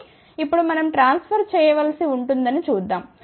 కాబట్టి ఇప్పుడు మనం ట్రాన్ఫర్ చేయవలసి ఉంటుందని చూద్దాం